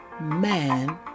Man